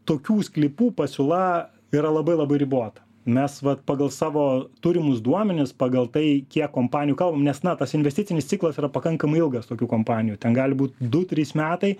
tokių sklypų pasiūla yra labai labai ribota mes vat pagal savo turimus duomenis pagal tai kiek kompanijų kalbam nes na tas investicinis ciklas yra pakankamai ilgas tokių kompanijų ten gali būt du trys metai